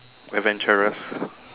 adventurous